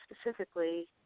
specifically